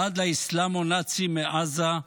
ועד לאסלאם הנאצי מעזה,